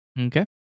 Okay